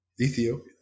Ethiopia